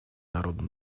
народу